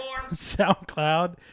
SoundCloud